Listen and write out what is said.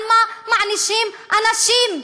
על מה מענישים אנשים.